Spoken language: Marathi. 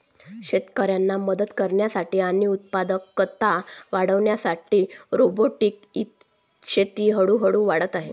शेतकऱ्यांना मदत करण्यासाठी आणि उत्पादकता वाढविण्यासाठी रोबोटिक शेती हळूहळू वाढत आहे